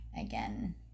again